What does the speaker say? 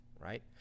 right